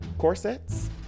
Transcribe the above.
corsets